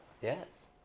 Yes